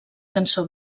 cançó